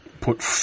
put